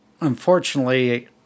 Unfortunately